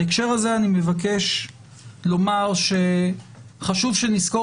בהקשר הזה אני מבקש לומר שחשוב שנזכור